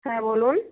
হ্যাঁ বলুন